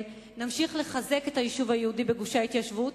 נמשיך לחזק את היישוב היהודי בגושי ההתיישבות,